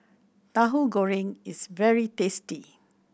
Tahu Goreng is very tasty